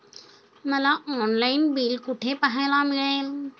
मला online bill कुठे पाहायला मिळेल?